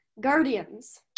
Guardians